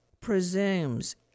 presumes